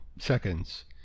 Seconds